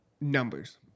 Numbers